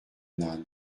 âne